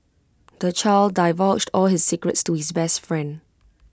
the child divulged all his secrets to his best friend